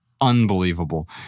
unbelievable